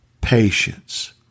patience